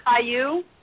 Caillou